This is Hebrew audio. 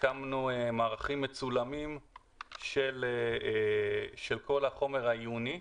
הקמנו מערכים מצולמים של כל החומר העיוני,